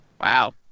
Wow